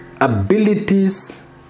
abilities